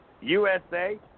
USA